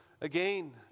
again